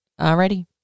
Alrighty